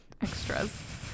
extras